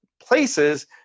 places